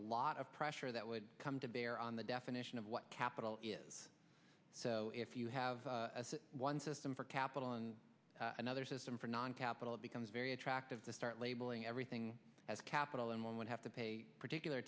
lot of pressure that would come to bear on the definition of what capital is so if you have one system for capital and another system for non capital it becomes very attractive to start labeling everything as capital and one would have to pay particular